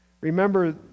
Remember